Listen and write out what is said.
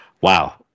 Wow